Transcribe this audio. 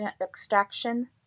extraction